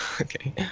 Okay